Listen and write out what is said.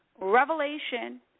Revelation